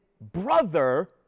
brother